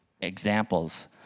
examples